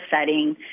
setting